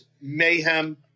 mayhem